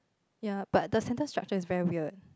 ya but the sentence structure is very weird